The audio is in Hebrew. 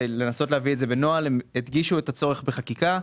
לנסות להביא את זה בנוהל והדגישו את הצורך בחקיקה.